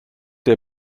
der